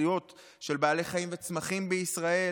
אוכלוסיות של בעלי חיים וצמחים בישראל,